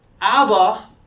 abba